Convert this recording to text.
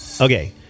Okay